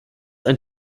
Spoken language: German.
ein